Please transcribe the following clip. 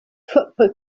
football